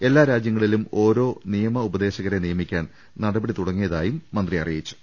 എല്ലാരാജൃങ്ങളിലും ഓരോ നിയമോപദേശകരെ നിയ മിക്കാൻ നടപടി തുടങ്ങിയതായും മന്ത്രി അറിയിച്ചു